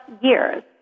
years